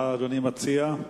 מה אדוני מציע?